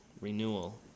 renewal